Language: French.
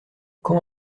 quand